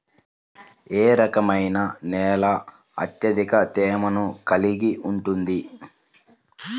ఏ రకమైన నేల అత్యధిక తేమను కలిగి ఉంటుంది?